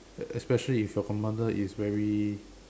uh especially if your commander is very